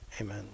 Amen